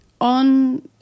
on